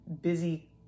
busy